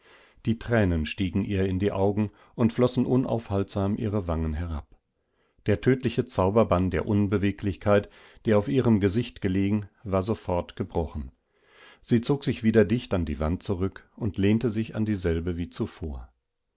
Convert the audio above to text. die tränen stiegen ihr in die augen und flossen unaufhaltsam ihre wangen herab der tödliche zauberbann der unbeweglichkeit der auf ihrem gesicht gelegen war sofort gebrochen sie zog sich wieder dicht an die wand zurück und lehnte sich an dieselbe wiezuvor